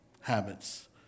habits